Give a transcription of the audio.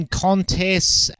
contests